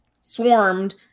swarmed